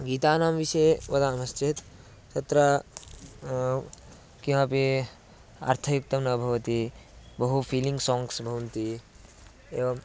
गीतानां विषये वदामः चेत् तत्र किमपि अर्थयुक्तं न भवति बहु फ़ीलिङ्ग् साङ्ग्स् भवन्ति एवम्